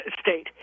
state